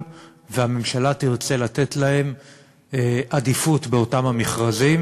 הממשלה תרצה לתת להן עדיפות באותם המכרזים.